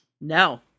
no